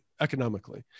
economically